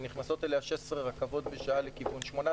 שנכנסות אליה 16 רכבות בשעה לכיוון,